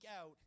out